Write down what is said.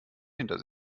hinter